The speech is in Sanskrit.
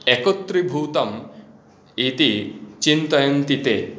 एकत्रिभूतम् इति चिन्तयन्ति ते